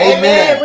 Amen